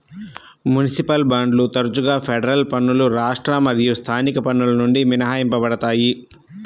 municipal బాండ్లు తరచుగా federal పన్నులు రాష్ట్ర మరియు స్థానిక పన్నుల నుండి మినహాయించబడతాయి